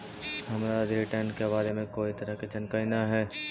हमरा रिटर्न के बारे में कोई तरह के जानकारी न हे